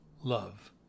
Love